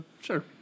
sure